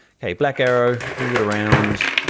hey, black arrow, move it around.